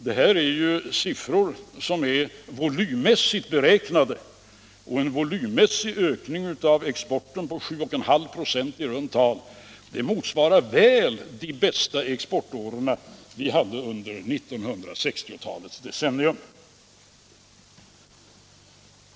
Det gäller ju här siffror som är volymmässigt beräknade, och en volymmässig ökning av exporten på i runda tal 7,5 96 motsvarar väl de bästa exportåren vi hade under 1960-talet. Det är importen som är problemet.